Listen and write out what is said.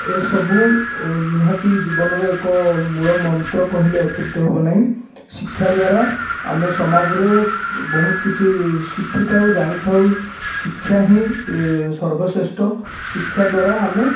ଏସବୁ ନିହାତି ଜୀବନର ଏକ ମୂଳମନ୍ତ୍ର କହିଲେ ଅତ୍ୟୁକ୍ତି ହେବନାହିଁ ଶିକ୍ଷାଦ୍ଵାରା ଆମେ ସମାଜରେ ବହୁତ କିଛି ଶିଖିଥାଉ ଜାଣିଥାଉ ଶିକ୍ଷା ହିଁ ସର୍ବଶ୍ରେଷ୍ଠ ଶିକ୍ଷାଦ୍ଵାରା ଆମେ